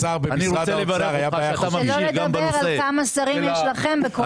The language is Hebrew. שלא לדבר כמה שרים יש לכם בכל משרד.